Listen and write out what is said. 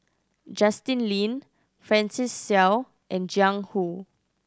Justin Lean Francis Seow and Jiang Hu